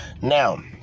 Now